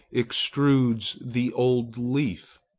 extrudes the old leaf?